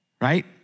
Right